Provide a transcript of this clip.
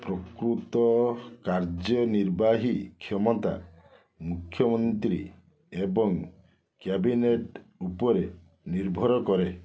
ପ୍ରକୃତ କାର୍ଯ୍ୟନିର୍ବାହୀ କ୍ଷମତା ମୁଖ୍ୟମନ୍ତ୍ରୀ ଏବଂ କ୍ୟାବିନେଟ୍ ଉପରେ ନିର୍ଭର କରେ